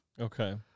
Okay